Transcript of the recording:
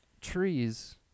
trees